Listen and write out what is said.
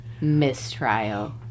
Mistrial